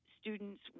students